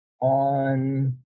on